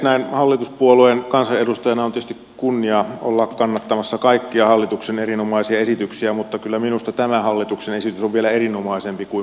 näin hallituspuolueen kansanedustajana on tietysti kunnia olla kannattamassa kaikkia hallituksen erinomaisia esityksiä mutta kyllä minusta tämä hallituksen esitys on vielä erinomaisempi kuin moni muu